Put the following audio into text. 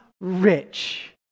Rich